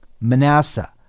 Manasseh